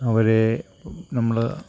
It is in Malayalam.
അവരെ നമ്മള്